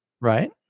right